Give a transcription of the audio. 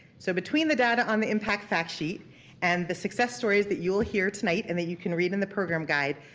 so between the data on the impact fact sheet and the success stories that you will hear tonight and that you can read in the program guide,